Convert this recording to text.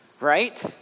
Right